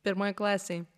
pirmoj klasėj